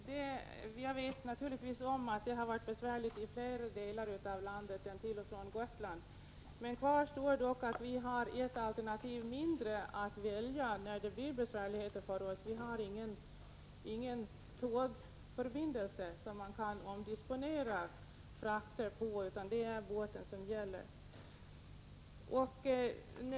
Herr talman! Jag känner naturligtvis till att det har varit besvärligt med trafiken i flera delar av landet än till och från Gotland. Men kvar står att vi har ett alternativ mindre att välja när det blir besvärligheter — vi har ingen tågförbindelse som vi kan omdirigera frakterna till, utan det är båten som gäller.